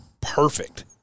perfect